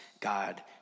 God